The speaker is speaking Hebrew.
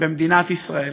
במדינת ישראל.